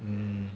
mm